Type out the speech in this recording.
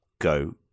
go